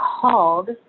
called